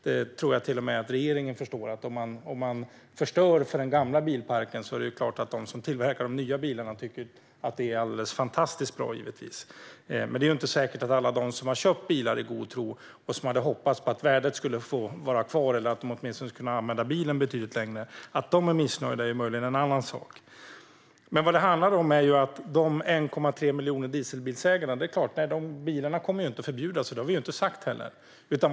Jag tror att till och med regeringen förstår att om man förstör för den gamla bilparken är det klart att de som tillverkar de nya bilarna tycker att det är alldeles fantastiskt bra. Men det är inte säkert att alla som har köpt bilar i god tro och som hade hoppats på att värdet skulle vara kvar på en viss nivå eller att de åtminstone skulle kunna använda bilen betydligt längre är nöjda. Att de är missnöjda är möjligen en annan sak. Men vad det handlar om är de 1,3 miljoner dieselbilsägarna. Bilarna kommer inte att förbjudas. Det har vi inte heller sagt.